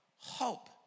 hope